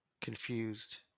confused